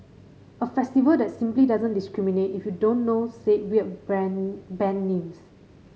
a festival that simply doesn't discriminate if you don't know said weird brand band names